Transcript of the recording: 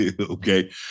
Okay